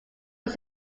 was